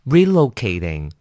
Relocating